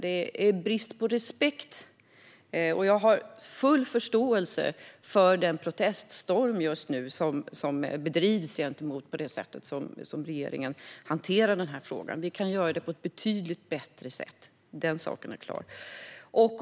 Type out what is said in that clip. Det visar på bristande respekt, och jag har full förståelse för proteststormen mot regeringens sätt att hantera frågan. Vi kan göra det på ett betydligt bättre sätt - den saken är klar.